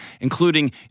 including